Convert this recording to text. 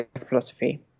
philosophy